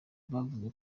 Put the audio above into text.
bavuze